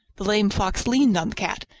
the lame fox leaned on the cat,